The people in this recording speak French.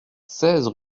seize